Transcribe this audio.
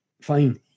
fine